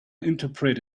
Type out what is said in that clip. interpret